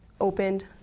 opened